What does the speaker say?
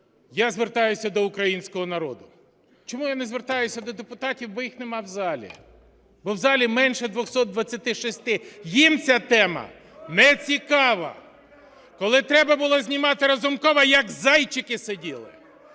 Я звертаюся до українського народу. Чому я не звертаюся до депутатів, бо їх нема в залі, бо в залі менше 226, їм ця тема нецікава. Коли треба було знімати Разумкова, як зайчики, сиділи,